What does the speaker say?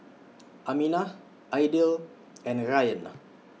Aminah Aidil and Ryan